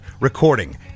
recording